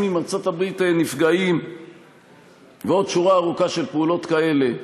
עם ארצות-הברית נפגעים ועוד שורה ארוכה של פעולות כאלה,